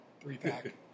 three-pack